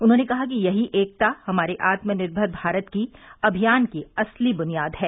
उन्होंने कहा कि यही एकता हमारे आत्मनिर्भर भारत अभियान की असली बुनियाद है